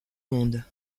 monde